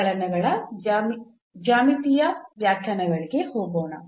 ಅವಕಲನಗಳ ಜ್ಯಾಮಿತೀಯ ವ್ಯಾಖ್ಯಾನಗಳಿಗೆ ಹೋಗೋಣ